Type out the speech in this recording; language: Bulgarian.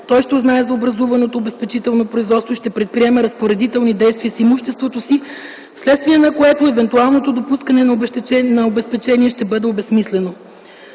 той ще узнае за образуваното обезпечително производство и ще предприеме разпоредителни действия с имуществото си, вследствие на което евентуалното допускане на обезпечението ще бъде безсмислено.